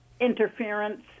interference